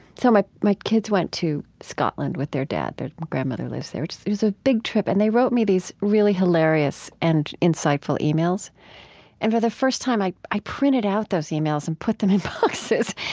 so my my kids went to scotland with their dad their grandmother lives there. it was a big trip and they wrote me these really hilarious and insightful emails and, for the first time, i i printed out those emails and put them in boxes.